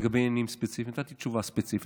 לגבי ימים ספציפיים, נתתי תשובה ספציפית.